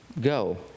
Go